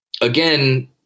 again